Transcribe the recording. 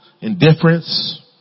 Indifference